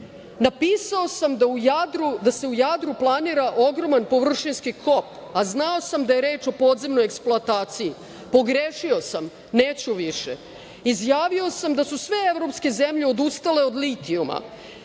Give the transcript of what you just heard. napisao sam da se u Jadru planira ogroman površinski kop, a znao sam da je reč o podzemnoj eksploataciji, pogrešio sam, neću više. Izjavio sam da su sve evropske zemlje odustale od litijuma,